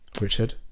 richard